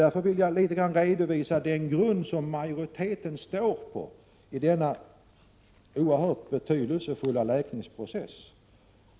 Därför vill jag litet grand redovisa den grund som majoriteten står på i denna oerhört betydelsefulla process.